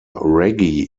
reggie